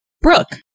Brooke